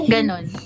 Ganon